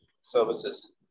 services